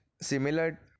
similar